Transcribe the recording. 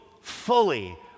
fully